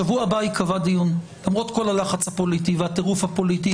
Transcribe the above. בשבוע הבא ייקבע דיון למרות כל הלחץ והטירוף הפוליטיים.